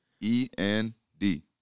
E-N-D